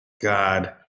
God